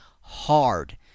hard